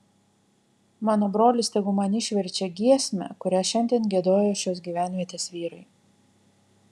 mano brolis tegu man išverčia giesmę kurią šiandien giedojo šios gyvenvietės vyrai